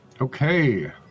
Okay